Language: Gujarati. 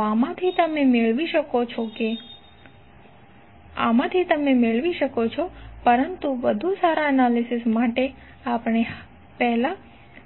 તો આમાંથી તમે મેળવી શકો છો પરંતુ વધુ સારા એનાલિસિસ માટે આપણે પહેલા